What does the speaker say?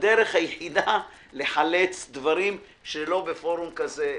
הדרך היחידה לחלץ דברים שלא בפורום כזה רחב.